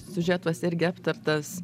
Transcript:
siužetuose irgi aptartas